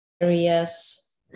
areas